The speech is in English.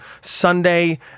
Sunday